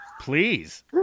Please